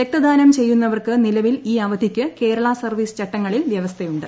രക്തദാനം ചെയ്യുന്നവർക്ക് നിലവിൽ ഈ അവധിക്ക് കേരള സർവീസ് ചട്ടങ്ങളിൽ വ്യവസ്ഥയുണ്ട്